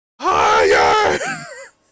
higher